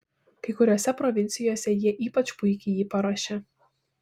kai kuriose provincijose jie ypač puikiai jį paruošia